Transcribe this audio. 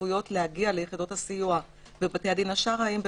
הצפויות להגיע ליחידות הסיוע בבתי הדין השרעיים.